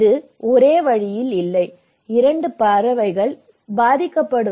இது ஒரே வழியில் இல்லை இரண்டு பறவைகள் பாதிக்கப்படும்